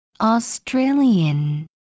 Australian